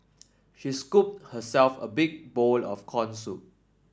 she scooped herself a big bowl of corn soup